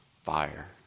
Fire